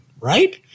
right